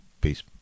Peace